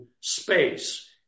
space